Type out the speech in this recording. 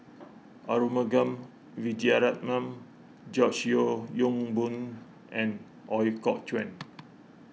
Arumugam Vijiaratnam George Yeo Yong Boon and Ooi Kok Chuen